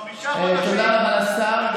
חמישה חודשים, תודה רבה, השר.